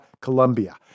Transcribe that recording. Colombia